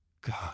God